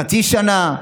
חצי שנה,